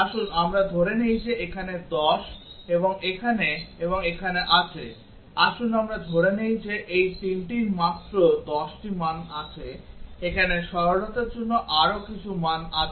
আসুন আমরা ধরে নিই যে এখানে 10 এবং এখানে এবং এখানে আছে আসুন আমরা ধরে নিই যে এই 3 টির মাত্র 10 টি মান আছে এখানে সরলতার জন্য আরও অনেক কিছু আছে